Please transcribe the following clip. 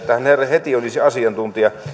heti olisi asiantuntija